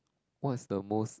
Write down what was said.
what's the most